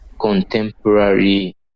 contemporary